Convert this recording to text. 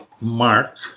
mark